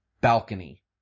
balcony